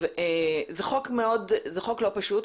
זה חוק לא פשוט,